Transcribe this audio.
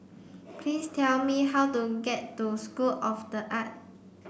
please tell me how to get to School of The Art